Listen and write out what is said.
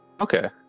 Okay